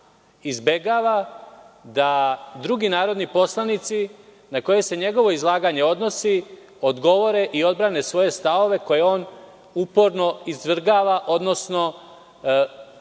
izbegava da drugi narodni poslanici na koje se njegovo izlaganje odnosi odgovore i odbrane svoje stavove koje on uporno izvrgava, odnosno izokreće